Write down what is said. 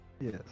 Yes